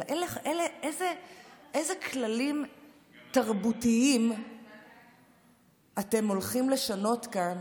אלא איזה כללים תרבותיים אתם הולכים לשנות כאן